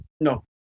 no